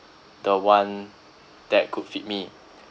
the one that could fit me